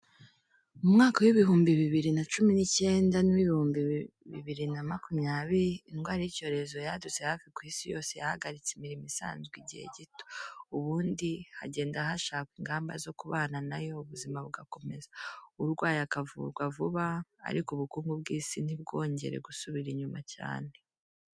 Mu mwaka w'ibihumbi bibiri na cumi n'icyenda n'uw'ibihumbi bibiri na makumyabiri, indwara y'icyorezo yadutse hafi ku Isi yose, yahagaritse imirimo isanzwe igihe gito, ubundi hagenda hashakwa ingamba zo kubana na yo, ubuzima bugakomeza, urwaye akavurwa vuba, ariko ubukungu bw'Isi ntibwongere gusubira inyuma cyane.